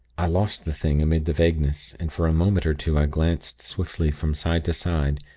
i lost the thing amid the vagueness, and for a moment or two i glanced swiftly from side to side,